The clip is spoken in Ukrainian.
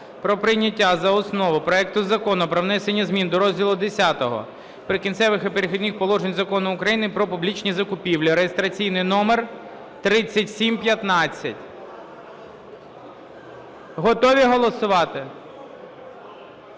про прийняття за основу проекту Закону про внесення змін до розділу Х "Прикінцевих і перехідних положень" Закону України "Про публічні закупівлі" (реєстраційний номер 3715). Готові голосувати?